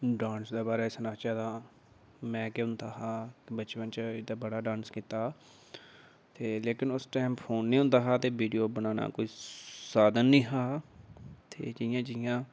dance दे बारे च सुनाचै ते में बचपन च बड़ा डांस कीते हा ते लेकिन उस टाईम फोन नीं हा होंदा ते विडियो बनाने दा कोई साधन नीं हा ते जि'यां जि'यां